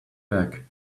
back